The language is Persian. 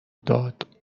داد